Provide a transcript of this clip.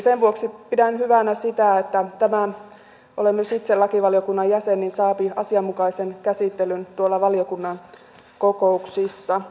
sen vuoksi pidän hyvänä sitä että tämä olen myös itse lakivaliokunnan jäsen saa asianmukaisen käsittelyn valiokunnan kokouksissa